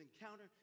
encounter